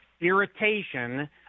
irritation